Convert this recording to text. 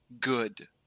good